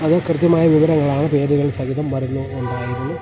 അത് കൃത്യമായ വിവരങ്ങളാണ് പേരുകൾ സഹിതം വരുന്നു ഉണ്ടായിരുന്നു